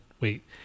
Wait